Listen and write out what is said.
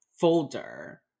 folder